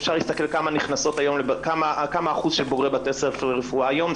אפשר להסתכל כמה אחוז של בוגרי בתי ספר לרפואה היום.